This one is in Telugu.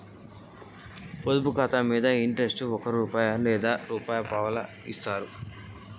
పొదుపు ఖాతా మీద వడ్డీ ఎంతిస్తరు?